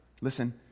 Listen